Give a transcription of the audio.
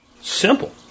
Simple